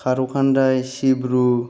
खार'खान्दाय सिब्रु